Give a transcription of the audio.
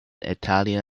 italian